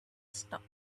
stock